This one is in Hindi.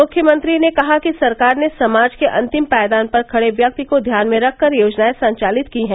मुख्यमंत्री ने कहा कि सरकार ने समाज के अंतिम पायदान पर खड़े व्यक्ति को ध्यान में रखकर योजनाए संचालित की है